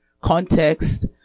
context